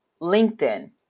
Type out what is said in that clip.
LinkedIn